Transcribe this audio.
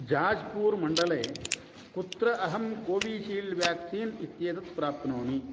जाज्पूर् मण्डले कुत्र अहं कोवीशील्ड् व्याक्सीन् इत्येतत् प्राप्नोमि